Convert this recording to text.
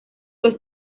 los